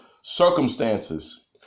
circumstances